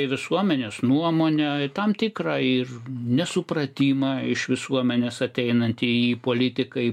į visuomenės nuomonę tam tikrą ir nesupratimą iš visuomenės ateinantieji politikai